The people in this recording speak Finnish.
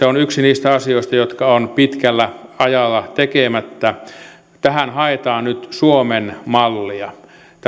on yksi niistä asioista jotka ovat pitkällä ajalla tekemättä tähän haetaan nyt suomen mallia